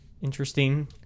interesting